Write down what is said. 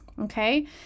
Okay